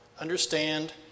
understand